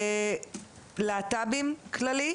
להט"בים כללי,